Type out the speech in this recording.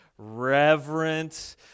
reverent